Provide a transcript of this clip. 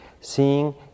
Seeing